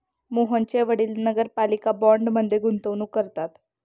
मोहनचे वडील नगरपालिका बाँडमध्ये गुंतवणूक करतात